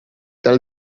tal